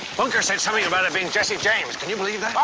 bunker said something about it being jesse james. can you believe that? oh,